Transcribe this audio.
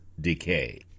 decay